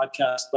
podcast